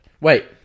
Wait